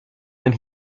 then